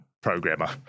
programmer